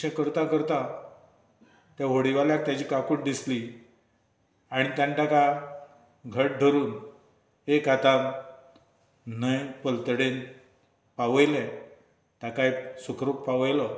अशें करता करता त्या व्हडिवाल्याक तेजी काकूट दिसली आनी तेणें तेका घट धरून एक हेका न्हंय पलतडेन पावयलें ताकाय सुखरूप पावयलो